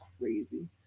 crazy